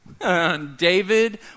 David